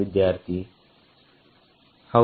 ವಿದ್ಯಾರ್ಥಿ ಹೌದು